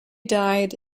died